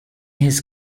his